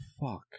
fuck